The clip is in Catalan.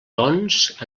doncs